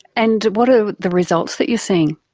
and what are the results that you're seeing?